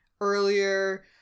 earlier